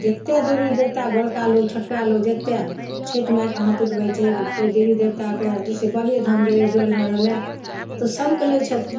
जेत्ते देवी देवता बड़का लोग छोटका लोग जते छैठमे हाथ उठबय छै कोइ देवी देवताके जैसे बाबेधाम गेलय जल ढारय लए तऽ सबके लै छथिन